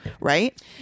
right